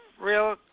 real